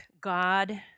God